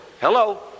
Hello